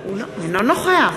אינו נוכח